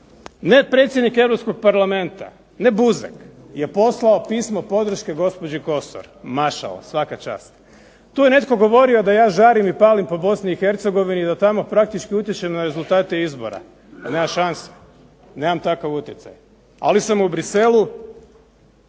ne predsjednik europskog parlamenta ne Buzek je posao pismo podrške gospođi Kosor, mašala. Svaka čast. Tu je netko govorio da ja žarim i palim po Bosni i Hercegovini i tamo praktički utječem na rezultate izbora. Nema šanse. Nemam takav utjecaj, ali sam u Buxellesu